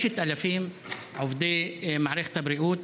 5,000 עובדי מערכת הבריאות,